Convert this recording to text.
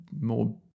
more